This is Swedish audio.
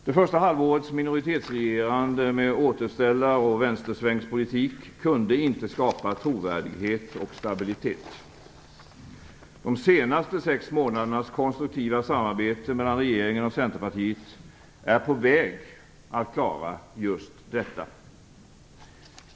Det första halvårets minoritetsregerande med återställar och vänstersvängspolitik kunde inte skapa trovärdighet och stabilitet. De senaste sex månadernas konstruktiva samarbete mellan regeringen och Centerpartiet är på väg att klara just detta.